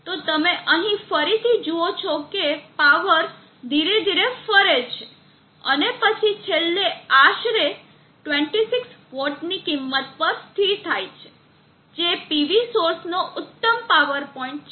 તો તમે અહીં ફરીથી જુઓ છો કે પાવર ધીરે ધીરે ફરે છે અને પછી છેલ્લે આશરે 26 વોટની કિંમત પર સ્થિર થાય છે જે PV સોર્સનો ઉત્તમ પાવર પોઇન્ટ છે